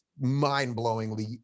mind-blowingly